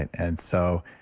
and so,